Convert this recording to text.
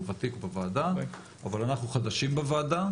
הוא ותיק בוועדה אבל אנחנו חדשים בוועדה,